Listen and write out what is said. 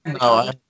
no